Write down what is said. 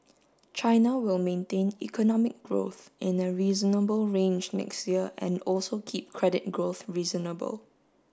China will maintain economic growth in a reasonable range next year and also keep credit growth reasonable